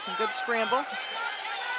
good scramble.